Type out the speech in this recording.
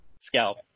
Scalp